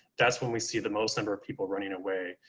that's when we see the most number of people running away.